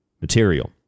material